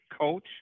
Coach